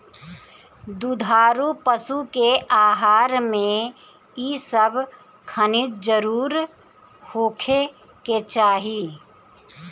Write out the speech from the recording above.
दुधारू पशु के आहार में इ सब खनिज जरुर होखे के चाही